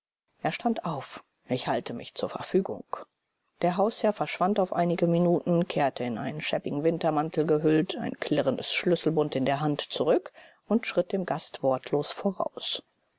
er stand auf ich halte mich zur verfügung der hausherr verschwand auf einige minuten kehrte in einen schäbigen wintermantel gehüllt ein klirrendes schlüsselbund in der hand zurück und schritt dem gast wortlos voraus